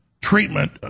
treatment